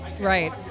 right